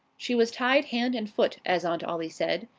she was tied hand and foot, as aunt ollie said.